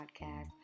podcast